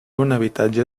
habitatge